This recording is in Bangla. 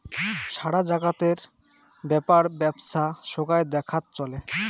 সারা জাগাতের ব্যাপার বেপছা সোগায় দেখাত চলে